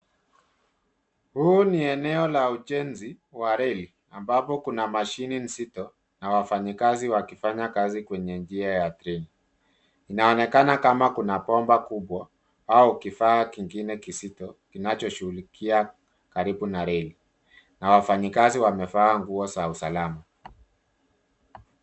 Huu ni eneo la ujenzi wa reli ambapo kuna mashine nzito, na wafanyi kazi wakifanya kazi kwenye njia ya treli. Inaonekana kama kuna pomba kubwa au kifaa kingine kizito kinacho shughulikiwa karibu na reli na wafanye kazi wamevaa nguo za usalama.